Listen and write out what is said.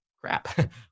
crap